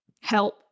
help